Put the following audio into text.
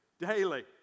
daily